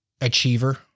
achiever